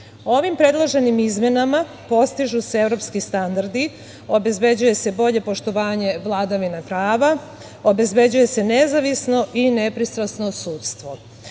predloženim izmenama postižu se evropski standardi, obezbeđuje se bolje poštovanje vladavine prava, obezbeđuje se nezavisno i nepristrasno sudstvo. Sve